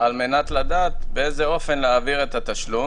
(אמצעי התשלום להעברת תגמולי ביטוח),